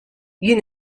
jien